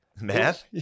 Math